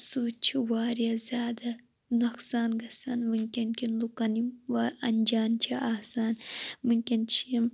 امہِ سۭتۍ چھِ وارِیاہ زیادٕ نقصان گَژھان وُنکیٚن کٮ۪ن لُکَن یِم اَنجان چھ آسان وُنکیٚن چھ یِم